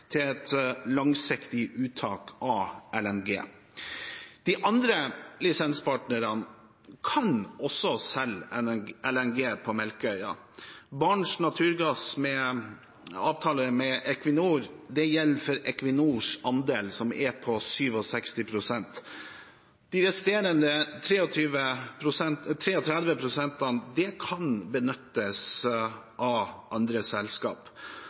til et langsiktig uttak av LNG. De andre lisenspartnerne kan også selge LNG på Melkøya. Barents Naturgass’ avtale med Equinor gjelder for Equinors andel, som er på 67 pst. De resterende 33 pst. kan benyttes av andre